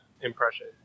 impression